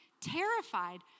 terrified